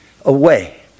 away